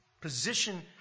Position